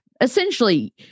Essentially